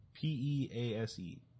P-E-A-S-E